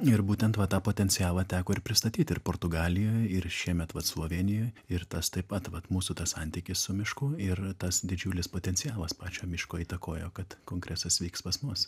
ir būtent va tą potencialą teko ir pristatyt ir portugalijoj ir šiemet vat slovėnijoj ir tas taip pat vat mūsų tas santykis su mišku ir tas didžiulis potencialas pačio miško įtakojo kad kongresas vyks pas mus